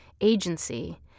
agency